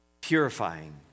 Purifying